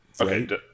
Okay